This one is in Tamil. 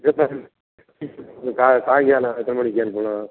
கா சாயங்காலம் எத்தனை மணிக்கு அனுப்பனும்